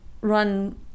run